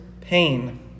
pain